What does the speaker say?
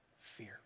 fear